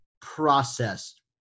processed